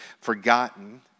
forgotten